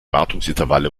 wartungsintervalle